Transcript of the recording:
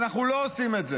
אנחנו לא עושים את זה.